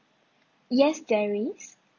yes there is